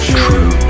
true